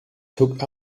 took